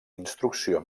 instrucció